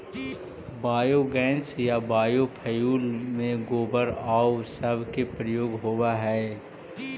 biogas या biofuel में गोबर आउ सब के प्रयोग होवऽ हई